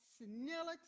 senility